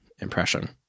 impression